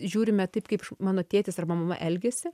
žiūrime taip kaip mano tėtis arba mama elgiasi